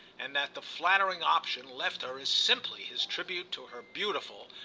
and that the flattering option left her is simply his tribute to her beautiful,